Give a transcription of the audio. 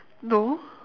no